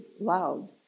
loud